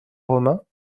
romains